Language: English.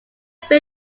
fin